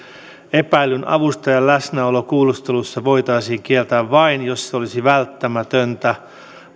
epäillyn avustajan läsnäolo kuulustelussa voitaisiin kieltää vain jos se olisi välttämätöntä